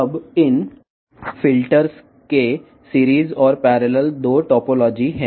ఇప్పుడు ఈ ఫిల్టర్స్లో సిరీస్ మరియు పార్లల్ స్ట్రిప్స్స్ట్ర టోపాలజీలు ఉన్నాయి